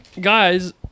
guys